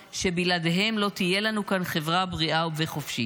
שבלעדיהם לא תהיה לנו כאן חברה בריאה וחופשית.